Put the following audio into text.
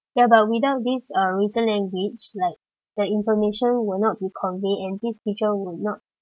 ya but without this uh written language like the information will not be conveyed and this teacher will not